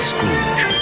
Scrooge